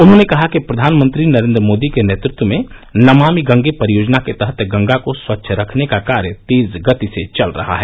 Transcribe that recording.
उन्होंने कहा प्रधानमंत्री नरेंद्र मोदी के नेतृत्व में नमामि गंगे परियोजना के तहत गंगा को स्वच्छ रखने का कार्य तेज गति से चल रहा है